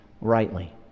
rightly